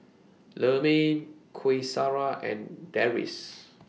Leman Qaisara and Deris